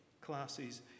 classes